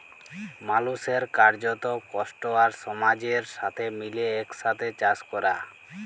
মালুসের কার্যত, কষ্ট আর সমাজের সাথে মিলে একসাথে চাস ক্যরা